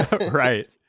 right